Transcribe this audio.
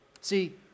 See